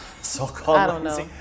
so-called